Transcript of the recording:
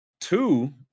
two